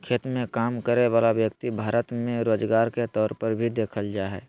खेत मे काम करय वला व्यक्ति भारत मे रोजगार के तौर पर भी देखल जा हय